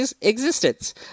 existence